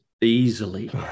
easily